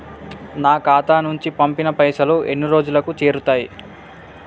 నా ఖాతా నుంచి పంపిన పైసలు ఎన్ని రోజులకు చేరుతయ్?